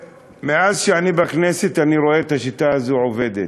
מאז שאני בכנסת אני רואה את השיטה הזאת עובדת,